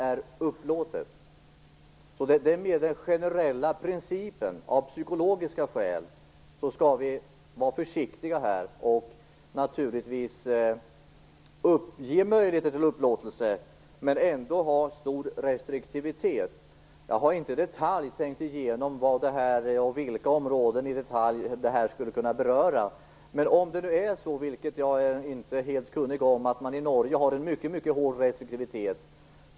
Det är den generella principen. Av psykologiska skäl skall vi vara försiktiga här. Vi skall naturligtvis ge möjligheter till upplåtelse, men ändå ha stor restriktivitet. Jag har inte i detalj tänkt igenom vilka områden detta skulle kunna beröra. Det är möjligt att det är så - jag har inte den kunskapen - att man i Norge har en mycket hård restriktivitet.